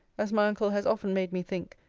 as my uncle has often made me think,